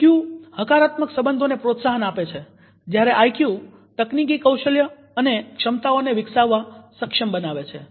EQ હકારાત્મક સબંધોને પ્રોત્સાહન આપે છે જ્યારે આઈક્યુ તકનીકી કૌશલ્યો અને ક્ષમતાઓ વિકસાવવા સક્ષમ બનાવે છે